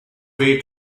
way